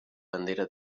bandera